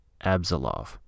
Abzalov